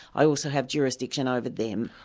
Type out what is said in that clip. i also have jurisdiction over them.